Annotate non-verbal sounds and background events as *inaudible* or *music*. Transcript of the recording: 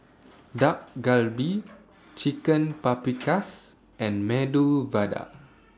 Dak *noise* Galbi Chicken Paprikas *noise* and Medu Vada